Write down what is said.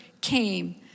came